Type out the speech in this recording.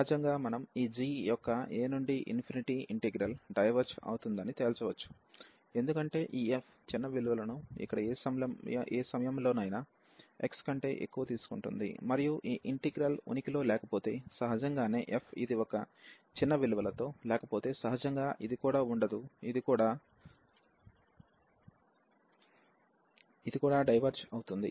సహజంగా మనం ఈ g యొక్క a నుండి ఇంటిగ్రల్ డైవెర్జ్ అవుతుందని తేల్చవచ్చు ఎందుకంటే ఈ f చిన్న విలువలను ఇక్కడ ఏ సమయంలోనైనా x కంటే ఎక్కువ తీసుకుంటుంది మరియు ఈ ఇంటిగ్రల్ ఉనికిలో లేకపోతే సహజంగానే f ఇది ఒక చిన్న విలువలతో లేకపోతే సహజంగా ఇది కూడా ఉండదు ఇది కూడా డైవర్జ్ అవుతుంది